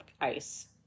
ice